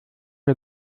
wir